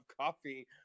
coffee